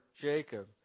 Jacob